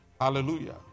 hallelujah